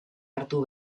hartu